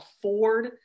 afford